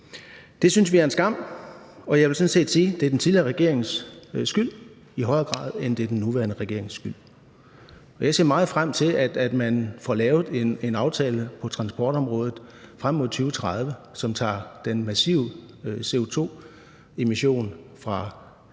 Det synes vi er en skam, og jeg vil sådan set sige, at det er den tidligere regerings skyld, i højere grad end det er den nuværende regerings skyld. Og jeg ser meget frem til, at man får lavet en aftale på transportområdet frem mod 2030, som tager den massive CO2-emission fra landtransporten